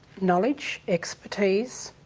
knowledge, expertise.